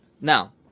Now